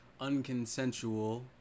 unconsensual